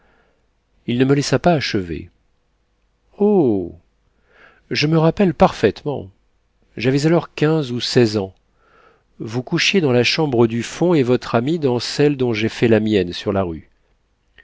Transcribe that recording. il ne me laissa pas achever oh je me rappelle parfaitement j'avais alors quinze ou seize ans vous couchiez dans la chambre du fond et votre ami dans celle dont j'ai fait la mienne sur la rue